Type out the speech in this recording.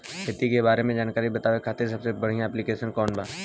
खेती के बारे में जानकारी बतावे खातिर सबसे बढ़िया ऐप्लिकेशन कौन बा?